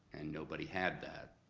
and nobody had that,